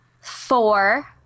four